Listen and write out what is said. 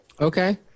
Okay